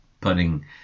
putting